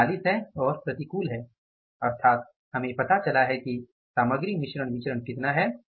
यह 40 है और प्रतिकूल है अर्थात हमें पता चला है कि सामग्री मिश्रण विचरण कितना है